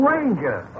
Ranger